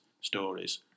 stories